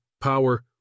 power